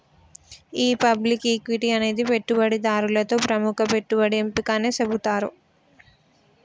గీ public equity అనేది పెట్టుబడిదారులతో ప్రముఖ పెట్టుబడి ఎంపిక అని సెబుతారు